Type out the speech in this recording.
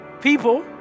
People